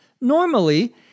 Normally